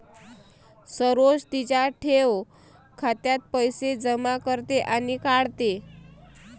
सरोज तिच्या ठेव खात्यात पैसे जमा करते आणि काढते